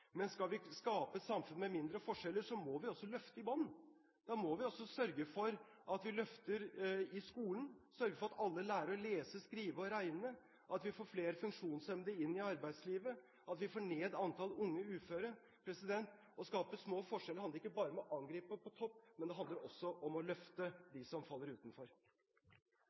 Men skal vi skape et samfunn med mindre forskjeller, må vi også løfte i bånn. Da må vi også sørge for at vi løfter i skolen, sørge for at alle lærer å lese, skrive og regne, at vi får flere funksjonshemmede inn i arbeidslivet og at vi får ned antallet unge uføre. Å skape små forskjeller handler ikke bare om å angripe på topp, det handler også om å løfte dem som faller utenfor.